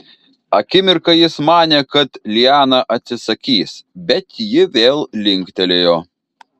akimirką jis manė kad liana atsisakys bet ji vėl linktelėjo